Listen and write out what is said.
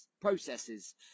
processes